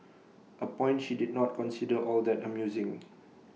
A point she did not consider all that amusing